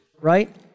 Right